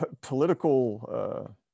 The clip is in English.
Political